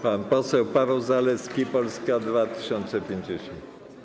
Pan poseł Paweł Zalewski, Polska 2050.